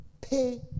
pay